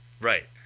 Right